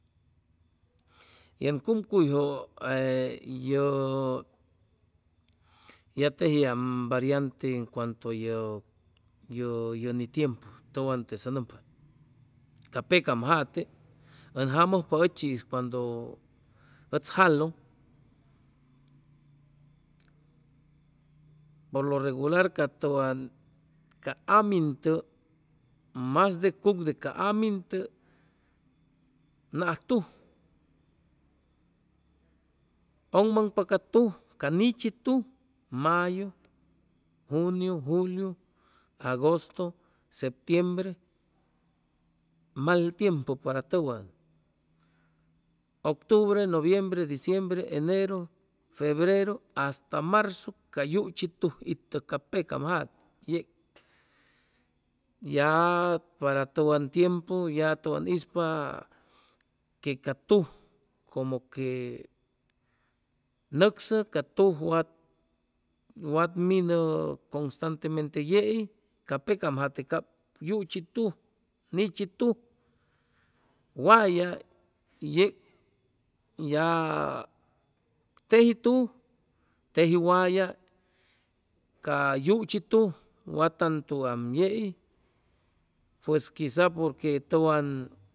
Yen cumcuyjʉ ee yʉ ya tejiam variante en cuanto a yʉ ye ni tiempu tʉwan tesa nʉmpa ca pecam jate ʉn jamʉjpa ʉchi'is cuandʉ ʉtz jalʉŋ por lo regular ca tʉwan ca amintʉg masde mas de cuc de ca amintʉg naj tuj ʉgmaŋpa ca tuj ca nichi tuj mayu, juniu, juliu, agosto, septeimbre mal tiempu para tʉwan, octubre, noviembre, diciembre, eneru, febreru, hasta marzu ca yuchi tuj itʉ ca pecam jate y ya para tʉwan tiempu ya tʉwan ispa que ca tuj como que nʉcsʉ ca tuj wat wat minʉ constantemente yei ca pecam jate cap yuchi tuj nichi tuj, wayay yeg ya teji tuj, teji wayay ca yuchi tuj wa tantuam yei pues quizas porque tʉwan